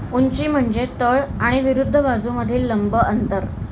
उंची म्हणजे तळ आणि विरुद्ध बाजूमधील लंब अंतर